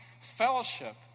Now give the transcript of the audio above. fellowship